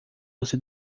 você